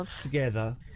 together